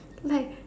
like